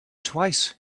twice